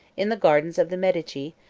in the gardens of the medici